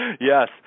Yes